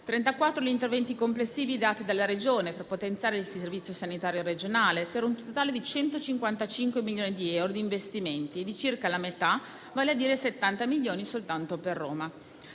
34 gli interventi complessivi dati dalla Regione per potenziare il servizio sanitario regionale, per un totale di 155 milioni di euro di investimenti, di cui circa la metà, vale a dire 70 milioni, soltanto per Roma.